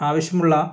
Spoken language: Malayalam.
ആവശ്യമുള്ള